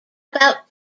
about